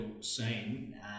scene